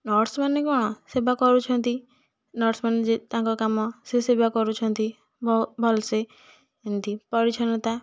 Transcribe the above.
ନର୍ସମାନେ କ'ଣ ସେବା କରୁଛନ୍ତି ନର୍ସମାନେ ଯେ ତାଙ୍କ କାମ ସେ ସେବା କରୁଛନ୍ତି ଭଲସେ ଏମିତି ପରିଚ୍ଛନ୍ନତା